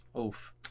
Oof